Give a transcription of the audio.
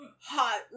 hot